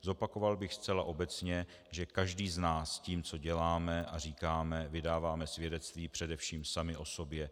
Zopakoval bych zcela obecně, že každý z nás tím, co děláme a říkáme, vydáváme svědectví především sami o sobě.